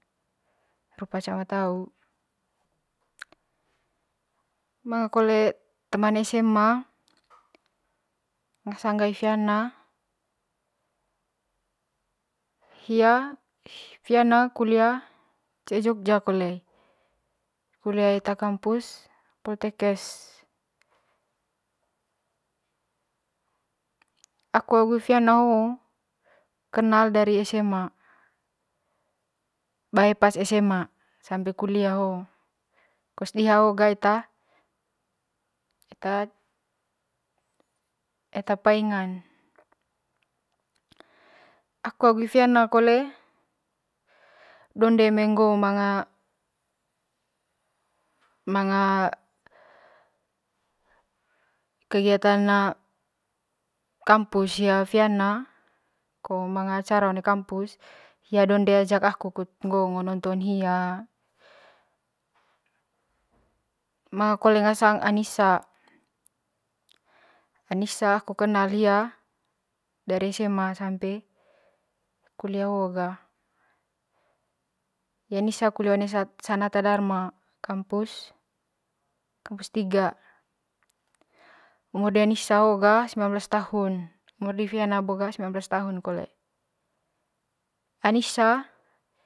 Rupa cama tau manga kole teman esema ngasangn ga hi fiana hia hi fiana kulia cee jogja koley kulia eta kampus poltekes aku agu hi fiana ho kenal pas esema bae pas esema kos diha hoo ga eta eta eta paingan aku agu hi fiana kole aku agu hi fiana kole donde eme ngo manga manga kegiatan kampus di fiana ko manga acara one kampus hia donde ajak aku kut ngo'o ngo nonton hia manga kole ngasang anisa anisa aku kenal hia dari esema sampe kulia ho'o ga hi anisa kulia one sadar sanata darma kampus kampus tiga umur di anisa ho ga sembilan blas tahun hi fiana kole anisa ho ga.